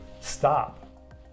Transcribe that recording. stop